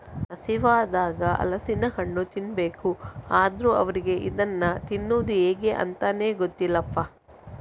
ಹಸಿವಾದಾಗ ಹಲಸಿನ ಹಣ್ಣು ತಿನ್ಬೇಕು ಅಂದ್ರೂ ಕೆಲವರಿಗೆ ಇದನ್ನ ತಿನ್ನುದು ಹೇಗೆ ಅಂತಾನೇ ಗೊತ್ತಿಲ್ಲಪ್ಪ